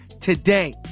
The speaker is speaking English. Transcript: today